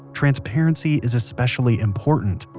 transparency is especially important.